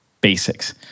basics